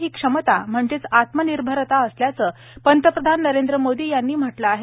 ही क्षमता म्हणजेच आत्मनिर्भरता असल्याचं पंतप्रधान नरेंद्र मोदी यांनी म्हटलं आहे